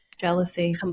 jealousy